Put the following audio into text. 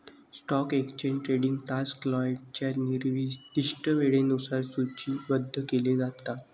stock exchange trading तास क्लायंटच्या निर्दिष्ट वेळेनुसार सूचीबद्ध केले जातात